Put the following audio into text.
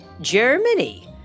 Germany